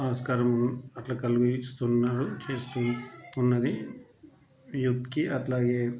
ఆస్కారం అట్లా కలిగిస్తున్నారు చేస్తూ ఉన్నవి ఇప్పటికి అట్లాగే